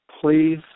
Please